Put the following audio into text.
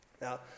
Now